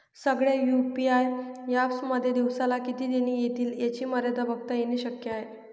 सगळ्या UPI apps मध्ये दिवसाला किती देणी एतील याची मर्यादा बघता येन शक्य आहे